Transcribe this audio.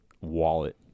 wallet